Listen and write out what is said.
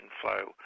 flow